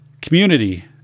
community